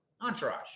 Entourage